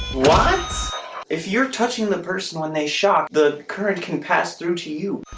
what if you're touching the person when they shock the current can pass through to you